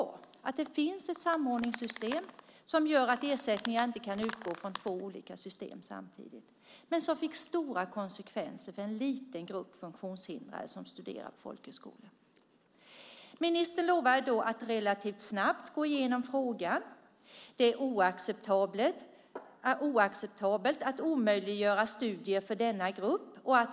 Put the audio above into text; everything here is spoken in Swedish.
Det är bra att det finns ett samordningssystem som gör att ersättningar inte kan utgå från två olika system samtidigt, men det får stora konsekvenser för en liten grupp funktionshindrade som studerar på folkhögskolor. Ministern lovade då att relativt snabbt gå igenom frågan. Det är oacceptabelt att omöjliggöra studier för denna grupp.